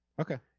Okay